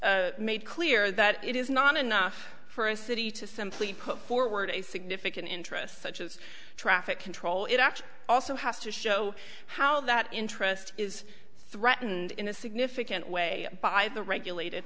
made clear that it is not enough for a city to simply put forward a significant interest such as traffic control it actually also has to show how that interest is threatened in a significant way by the regulated